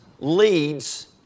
leads